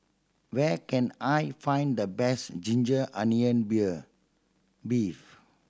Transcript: where can I find the best ginger onion bear beef